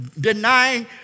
denying